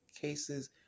cases